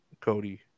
Cody